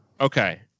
Okay